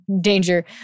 danger